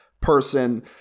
person